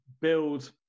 build